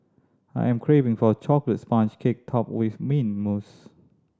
I am craving for a chocolate sponge cake topped with mint mousse